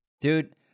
Dude